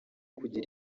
kugira